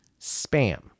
Spam